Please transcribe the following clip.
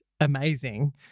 amazing